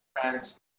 Friends